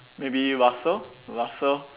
maybe Russell Russell